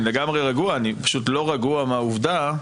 אני לא רגוע מהעובדה,